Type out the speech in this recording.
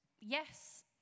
yes